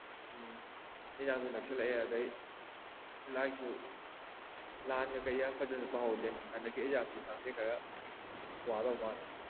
ꯎꯝ ꯑꯦꯛꯖꯥꯝꯁꯦ ꯅꯛꯁꯤꯜꯂꯛꯑꯦ ꯑꯗꯒꯤ ꯂꯥꯏꯔꯤꯛꯁꯨ ꯂꯥꯟꯒ ꯀꯩꯒ ꯐꯖꯅ ꯄꯥꯍꯧꯗꯦ ꯍꯟꯗꯛ ꯑꯦꯛꯖꯝꯁꯤꯗꯤ ꯈꯪꯗꯦ ꯈꯔ ꯋꯥꯗꯧ ꯃꯥꯟꯂꯦ